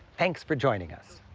thanks for joining us.